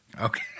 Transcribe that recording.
Okay